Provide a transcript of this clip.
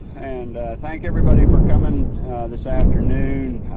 and thank everybody for coming this afternoon.